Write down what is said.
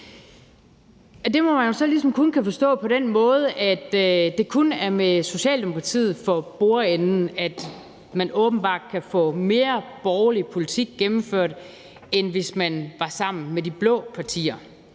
Det må jo så ligesom kun kunne forstås på den måde, at det kun er med Socialdemokratiet for bordenden, at man åbenbart kan få mere borgerlig politik gennemført, end hvis man var sammen med de blå partier.